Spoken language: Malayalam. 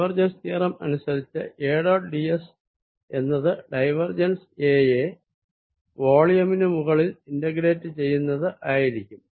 ഡൈവേർജെൻസ് തിയറം അനുസരിച്ച് A ഡോട്ട് ds എന്നത് ഡൈവേർജെൻസ് A യെ വോളിയമിന് മുകളിൽ ഇന്റഗ്രേറ്റ് ചെയ്യുന്നത് ആയിരിക്കും